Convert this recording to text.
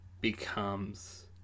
becomes